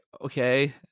okay